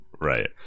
Right